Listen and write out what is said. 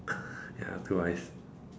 ya blue eyes